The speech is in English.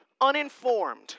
uninformed